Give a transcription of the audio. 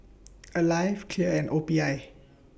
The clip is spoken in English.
Alive Clear and O P I